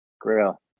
grill